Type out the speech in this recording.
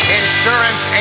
insurance